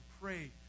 pray